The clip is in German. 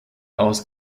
aus